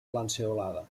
lanceolada